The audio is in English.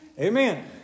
Amen